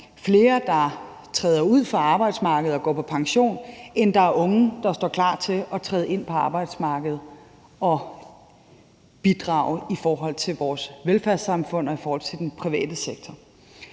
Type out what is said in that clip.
flere, der træder ud af arbejdsmarkedet og går på pension, end der er unge, der står klar til at træde ind på arbejdsmarkedet og bidrage i forhold til vores velfærdssamfund og i forhold til den private sektor.